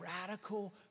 radical